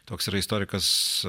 toks yra istorikas